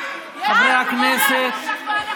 חברי הכנסת.